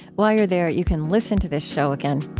while you're there, you can listen to this show again.